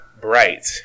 Bright